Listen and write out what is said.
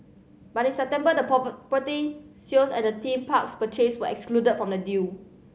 but in September the property sales at the theme parks purchase were excluded from the deal